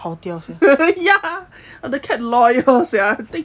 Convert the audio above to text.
ya the cat loyal sia I think